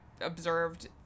observed